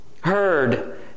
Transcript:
heard